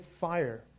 fire